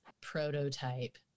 prototype